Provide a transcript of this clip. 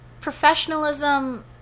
professionalism